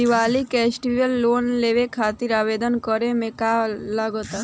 Diwali festival loan लेवे खातिर आवेदन करे म का का लगा तऽ?